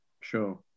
Sure